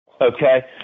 okay